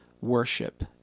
worship